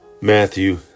Matthew